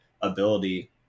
ability